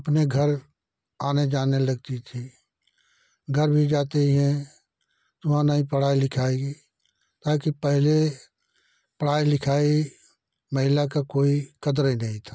अपने घर आने जाने लगती थी घर भी जाती हैं वहाँ नहीं पढ़ाई लिखाई क्या है कि पहले पढ़ाई लिखाई महिला का कोई कदर ही नहीं था